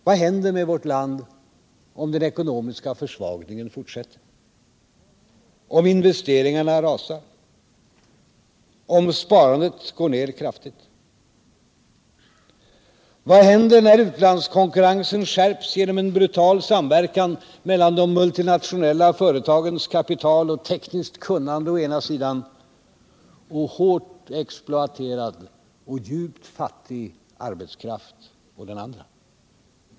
Vad händer med vårt land, om den ekonomiska försvagningen fortsätter, om investeringarna rasar. om sparandet går ned kraftigt? Vad händer när utlandskonkurrensen skärps genom en brutal samverkan mellan de multinationella företagens kapital och tekniska kunnande å ena sidan och hårt exploaterad och djupt fattig arbetskraft å den andra?